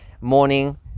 morning